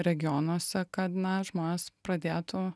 regionuose kad na žmonės pradėtų